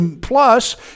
plus